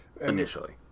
initially